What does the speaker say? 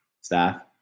staff